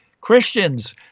Christians